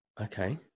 Okay